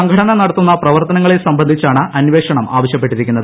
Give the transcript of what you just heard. സംഘടന നടത്തുന്ന പ്രവർത്തനങ്ങളെ സംബ്ലന്ധിച്ചാണ് അന്വേഷണം ആവശ്യപ്പെട്ടിരിക്കുന്നത്